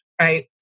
right